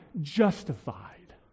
justified